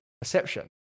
perception